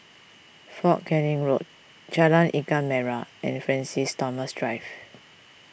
Fort Canning Road Jalan Ikan Merah and Francis Thomas Drive